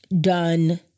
done